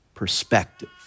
Perspective